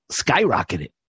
skyrocketed